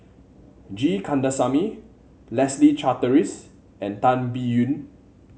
G Kandasamy Leslie Charteris and Tan Biyun